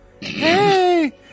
Hey